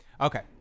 Okay